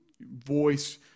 voice